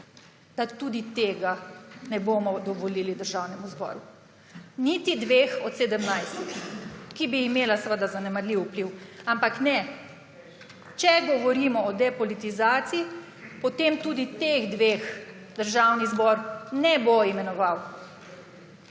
da tudi tega ne bomo dovolili Državnemu zboru, niti dveh od sedemnajstih, ki bi imela sicer zanemarljiv vpliv, ampak ne, če govorimo o depolitizaciji, potem tudi teh dveh Državni zbor ne bo imenoval.